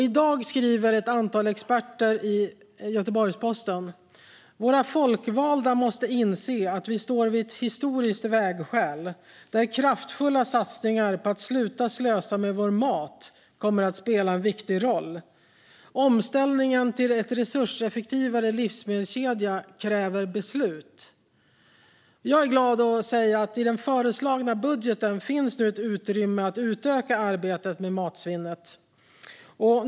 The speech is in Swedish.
I dag skriver ett antal experter i Göteborgs-Posten: Våra folkvalda måste inse att vi står vid ett historiskt vägskäl, där kraftfulla satsningar på att sluta slösa med vår mat kommer att spela en viktig roll. Omställningen till en resurseffektivare livsmedelskedja kräver beslut. Jag är glad att kunna säga att det i den föreslagna budgeten nu finns utrymme att utöka arbetet med matsvinnet.